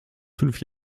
fünf